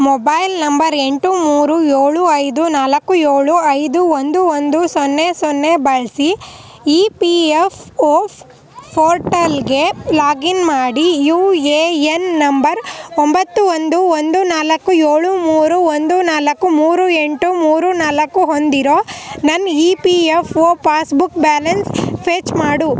mobile number ಎಂಟು ಮೂರು ಏಳು ಐದು ನಾಲ್ಕು ಏಳು ಐದು ಒಂದು ಒಂದು ಸೊನ್ನೆ ಸೊನ್ನೆ ಬಳಸಿ ಇ ಪಿ ಎಫ್ ಒ ಪೋರ್ಟಲ್ಗೆ ಲಾಗಿನ್ ಮಾಡಿ ಯು ಎ ಎನ್ ನಂಬರ್ ಒಂಬತ್ತು ಒಂದು ಒಂದು ನಾಲ್ಕು ಏಳು ಮೂರು ಒಂದು ನಾಲ್ಕು ಮೂರು ಎಂಟು ಮೂರು ನಾಲ್ಕು ಹೊಂದಿರೋ ನನ್ನ E P F O passbook balance fetch ಮಾಡು